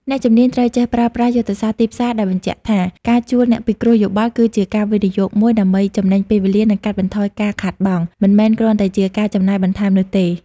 អ្នកជំនាញត្រូវចេះប្រើប្រាស់យុទ្ធសាស្ត្រទីផ្សារដែលបញ្ជាក់ថា ការជួលអ្នកពិគ្រោះយោបល់គឺជាការវិនិយោគមួយដើម្បីចំណេញពេលវេលា និងកាត់បន្ថយការខាតបង់ មិនមែនគ្រាន់តែជាការចំណាយបន្ថែមនោះទេ។